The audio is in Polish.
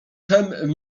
czem